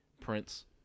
Prince